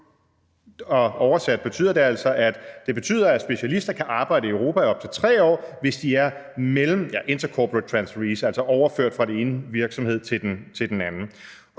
Oversat betyder det altså: Det betyder, at specialister kan arbejde i Europa i op til 3 år, hvis de er intra-corporate transferees, altså overført fra den ene virksomhed til den anden.